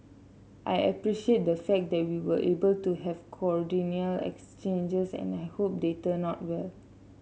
I appreciate the fact that we were able to have cordial exchanges and I hope they turn out well